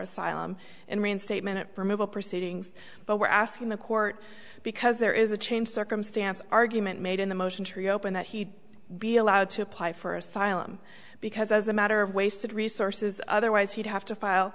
asylum and reinstatement of removal proceedings but we're asking the court because there is a change circumstance argument made in the motion to reopen that he'd be allowed to apply for asylum because as a matter of wasted resources otherwise he'd have to file